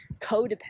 codependent